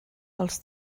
els